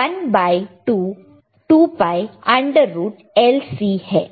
1 by 2 pi under root of L C है